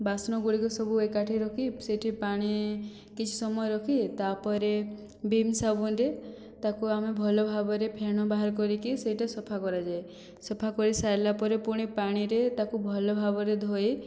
ବାସନ ଗୁଡ଼ିକ ସବୁ ଏକାଠି ରଖି ସେଠି ପାଣି କିଛି ସମୟ ରଖି ତାପରେ ଭିମ ସାବୁନରେ ତାକୁ ଆମେ ଭଲ ଭାବରେ ଫେଣ ବାହାର କରିକି ସେଟା ସଫା କରାଯାଏ ସଫା କରି ସାରିଲା ପରେ ପୁଣି ପାଣିରେ ତାକୁ ଭଲ ଭାବରେ ଧୋଇ